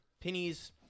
pennies